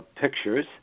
pictures